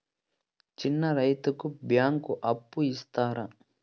చిన్న రైతుకు బ్యాంకు అప్పు ఇస్తారా?